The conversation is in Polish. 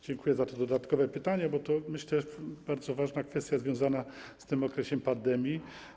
Dziękuję za to dodatkowe pytanie, bo to, myślę, bardzo ważna kwestia związana z okresem pandemii.